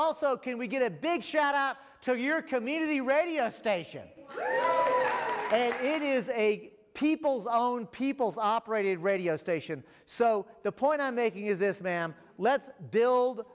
also can we get a big shot up to your community radio station it is a people's own people's operated radio station so the point i'm making is this ma'am let's build